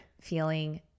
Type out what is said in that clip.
feeling